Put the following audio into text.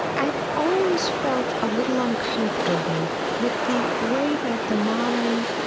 i've always felt a little uncomfortable with the way that the modern